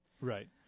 right